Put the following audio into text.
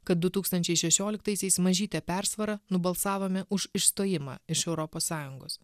kad du tūkstančiai šešioliktaisiais mažyte persvara nubalsavome už išstojimą iš europos sąjungos